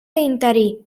interí